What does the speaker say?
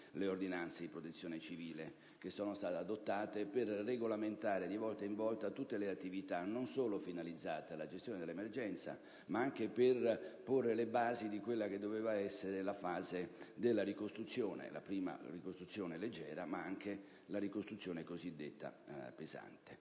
le ordinanze di Protezione civile che sono state adottate per regolamentare, di volta in volta, tutte le attività, non solo finalizzate alla gestione dell'emergenza, ma anche a porre le basi di quella che doveva essere la fase della ricostruzione (la prima ricostruzione leggera, ma anche la ricostruzione cosiddetta pesante).